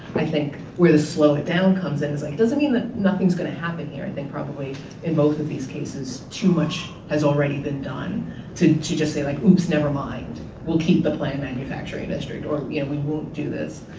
i think, where the slow it down comes in, it's like it doesn't mean that nothing's gonna happen here. i think probably in both of these cases too much has already been done to just say like oops, never mind, we'll keep the plant manufacturing industry or yeah we won't do this.